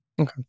Okay